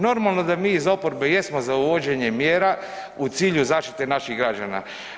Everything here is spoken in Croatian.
Normalno da mi iz oporbe jesmo za uvođenje mjera u cilju zaštite naših građana.